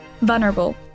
Vulnerable